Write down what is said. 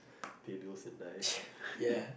pay bills and die